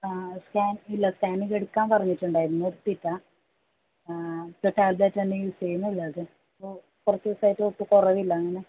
ആ സ്കാൻ ഇല്ല സ്കാൻ ഇത് എടുക്കാൻ പറഞ്ഞിട്ടുണ്ടായിരുന്നു എടുത്തില്ല ഇപ്പോൾ ടാബ്ലറ്റ് തന്നെ യൂസ് ചെയ്യുന്നത് ഉള്ളത് ഇപ്പോൾ കുറച്ച് ദിവസമായിട്ട് ഇപ്പോൾ കുറവില്ല അങ്ങനെ